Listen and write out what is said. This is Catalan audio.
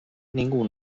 ningú